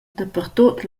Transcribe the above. dapertut